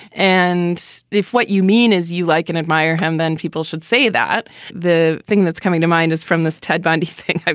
and if what you mean is you like and admire him, then people should say that the thing that's coming to mind is from this ted bundy thing,